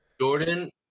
Jordan